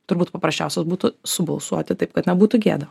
turbūt paprasčiausias būtų subalsuoti taip kad nebūtų gėda